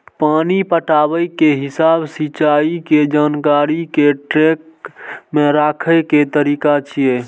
पानि पटाबै के हिसाब सिंचाइ के जानकारी कें ट्रैक मे राखै के तरीका छियै